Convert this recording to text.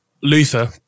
Luther